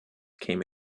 came